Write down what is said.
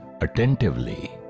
attentively